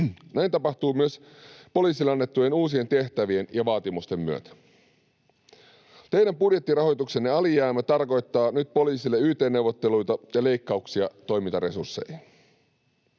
Näin tapahtuu myös poliisille annettujen uusien tehtävien ja vaatimusten myötä. Teidän budjettirahoituksenne alijäämä tarkoittaa nyt poliisille yt-neuvotteluita ja leikkauksia toimintaresursseihin.